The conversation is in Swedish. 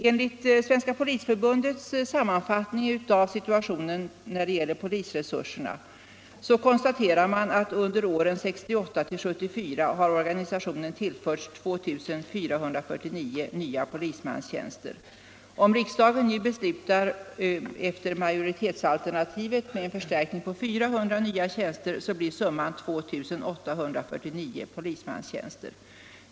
Enligt Svenska polisförbundets sammanfattning av situationen när det gäller polisresurserna har organisationen våren 1968-1974 tillförts 2 449 nya polismanstjänster. Om riksdagen nu beslutar enligt majoritetsalternativet, innebärande en förstärkning på 400 nya tjänster, blir summan 2849 nya polismanstjänster.